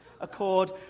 accord